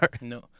No